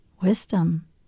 wisdom